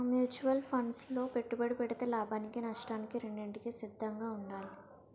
mutual funds లో పెట్టుబడి పెడితే లాభానికి నష్టానికి రెండింటికి సిద్ధంగా ఉండాలి